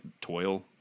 toil